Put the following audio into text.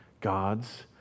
God's